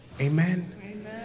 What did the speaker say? Amen